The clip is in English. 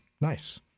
Nice